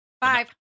Five